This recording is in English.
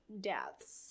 deaths